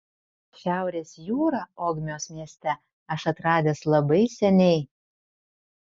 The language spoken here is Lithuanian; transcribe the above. šiaurės jūrą ogmios mieste aš atradęs labai seniai